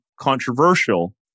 controversial